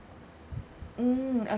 mm okay